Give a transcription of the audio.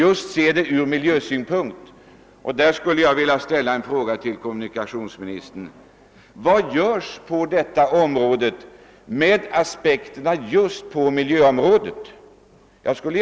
Jag vill till kommunikatiohsministern ställa den frågan vad som görs på detta område med hänsyn till miljöaspekten.